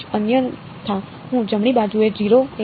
rr' અન્યથા હું જમણી બાજુએ 0 ને એકીકૃત કરું છું